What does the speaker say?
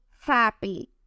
happy